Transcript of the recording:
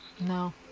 No